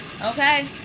okay